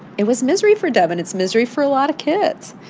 it was misery for devyn. it's misery for a lot of kids.